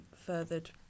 furthered